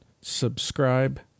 subscribe